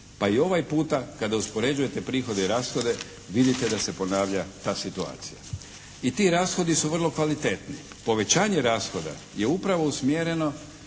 Pa i ovaj puta kada uspoređujete prihode i rashode vidite da se ponavlja ta situacija. I ti rashodi su vrlo kvalitetni. Povećanje rashoda je upravo usmjereno